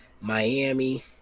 Miami